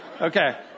Okay